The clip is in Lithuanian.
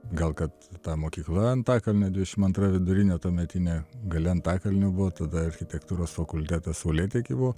gal kad ta mokykla antakalnio dvidešim antra vidurinė tuometinė gale antakalnio buvo tada architektūros fakultetas saulėteky buvo